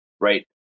right